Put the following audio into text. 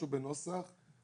-- יש תקנת משנה (5).